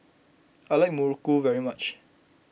I like Muruku very much